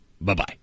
Bye-bye